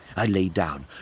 i laid down,